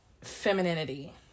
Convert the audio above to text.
femininity